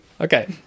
Okay